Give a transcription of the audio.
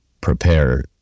prepare